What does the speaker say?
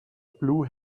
blue